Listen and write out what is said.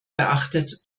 beachtet